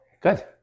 Good